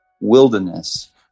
wilderness